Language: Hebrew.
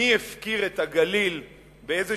מי הפקיר את הגליל באיזו